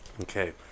okay